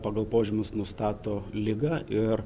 pagal požymius nustato ligą ir